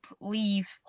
leave